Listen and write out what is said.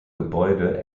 gebäude